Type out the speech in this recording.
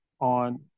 on